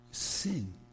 Sin